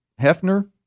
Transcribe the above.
Hefner